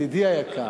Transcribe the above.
ידידי היקר.